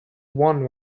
one